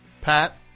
Pat